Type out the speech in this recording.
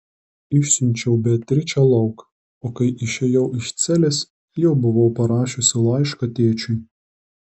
išsiunčiau beatričę lauk o kai išėjau iš celės jau buvau parašiusi laišką tėčiui